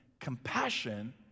compassion